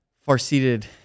far-seated